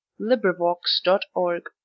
LibriVox.org